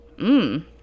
Mmm